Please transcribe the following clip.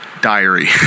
diary